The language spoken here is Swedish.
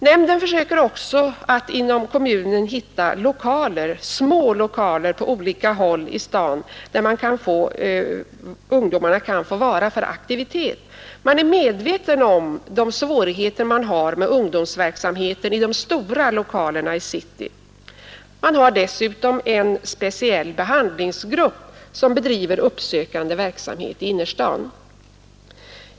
Nämnden försöker också på olika håll i staden hitta små lokaler där ungdomarna kan få bedriva olika aktiviteter. Man är medveten om de svårigheter myndigheterna har med ungdomsverksam heten i de stora lokalerna i city. Man har dessutom en speciell behandlingsgrupp som bedriver uppsökande verksamhet i innerstaden.